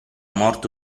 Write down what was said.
morto